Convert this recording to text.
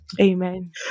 Amen